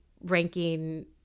ranking